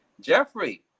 jeffrey